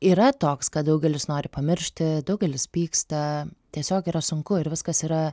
yra toks kad daugelis nori pamiršti daugelis pyksta tiesiog yra sunku ir viskas yra